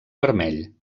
vermell